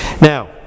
Now